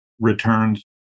returns